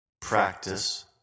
practice